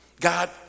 God